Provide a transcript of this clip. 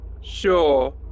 Sure